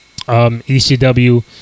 ECW